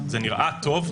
זה נראה טוב,